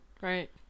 Right